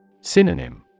Synonym